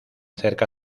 cerca